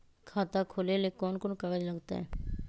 खाता खोले ले कौन कौन कागज लगतै?